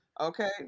okay